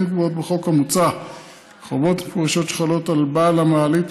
כן קבועות בחוק המוצע חובות מפורשות שחלות על בעל המעלית,